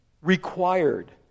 required